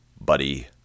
Buddy